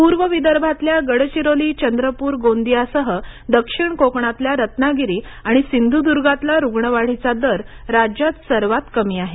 पूर्व विदर्भातल्या गडचिरोली चंद्रपूर गोंदियासह दक्षिण कोकणातल्या रत्नागिरी आणि सिंधुदुर्गातला रुग्णवाढीचा दर राज्यात सर्वात कमी आहे